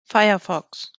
firefox